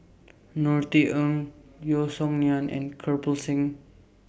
Norothy Ng Yeo Song Nian and Kirpal Singh